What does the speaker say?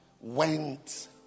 went